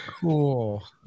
Cool